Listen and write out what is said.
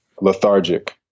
lethargic